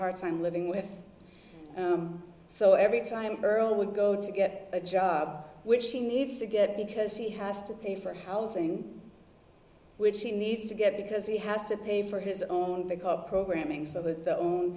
hard time living with so every time earl would go to get a job which he needs to get because he has to pay for housing which he needs to get because he has to pay for his own the gob programming so that the